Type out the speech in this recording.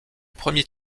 premier